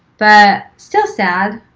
but still sad.